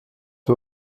ihr